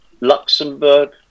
Luxembourg